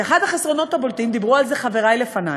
שאחד החסרונות הבולטים, דיברו על זה חברי לפני,